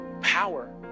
power